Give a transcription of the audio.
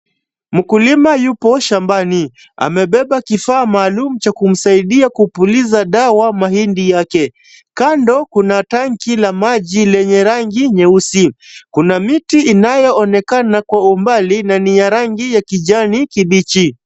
Mkulima yupo shambani. Amebeba kifaa maalum cha kumsaidia kupuliza dawa mahindi yake. Kando kuna tanki la maji lenye rangi nyeusi. Kuna miti inayoonekana kwa umbali na ni ya rangi ya kijani kibichi.